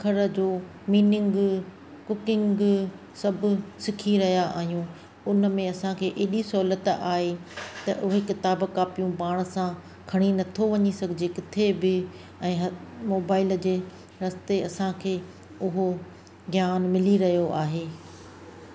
अख़र जो meaning cooking सभु सिखी रहिया आहियूं उन में असां खे एॾी सहूलियत आहे त उहे किताब कापियूं खणी नथो वञी सघिजे किथे बि ऐं मोबाइल रस्ते असां खे उहो ज्ञान मिली रहियो आहे